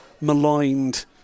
maligned